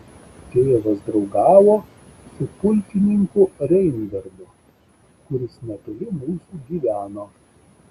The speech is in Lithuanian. tėvas draugavo su pulkininku reingardu kuris netoli mūsų gyveno